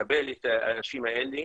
לקבל את האנשים האלה,